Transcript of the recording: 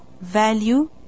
value